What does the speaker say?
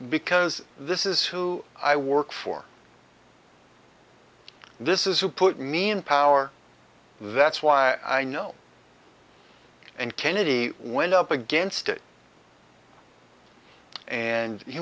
because this is who i work for this is who put me in power that's why i know and kennedy went up against it and he